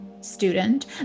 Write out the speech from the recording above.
student